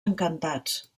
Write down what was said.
encantats